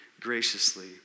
graciously